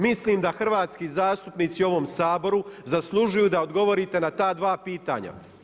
Mislim da hrvatski zastupnici u ovom Saboru zaslužuju da odgovorite na ta dva pitanja.